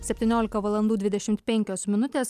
septyniolika valandų dvidešimt penkios minutės